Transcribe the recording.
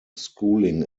schooling